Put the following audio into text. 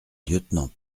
lieutenant